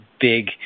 big